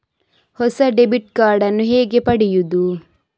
ಹೊಸ debit card ನ್ನು ಹೇಗೆ ಪಡೆಯುದು?